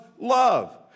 love